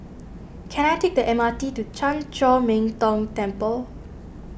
can I take the M R T to Chan Chor Min Tong Temple